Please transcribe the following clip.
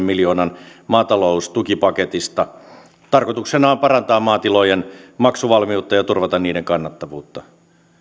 miljoonan maataloustukipaketista tarkoituksena on parantaa maatilojen maksuvalmiutta ja turvata niiden kannattavuutta